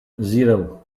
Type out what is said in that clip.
zero